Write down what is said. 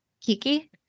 kiki